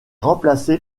remplacé